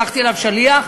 שלחתי אליו שליח,